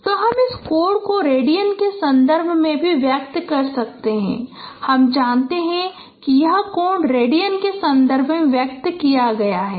Pr hrx hry 1 x y तो हम इस कोण को रेडियन के संदर्भ में भी व्यक्त कर सकते हैं हम जानते हैं कि यह कोण रेडियन के संदर्भ में व्यक्त किया गया है